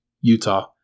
Utah